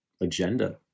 agenda